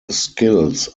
skills